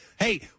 Hey